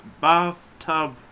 bathtub